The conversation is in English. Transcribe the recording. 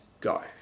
go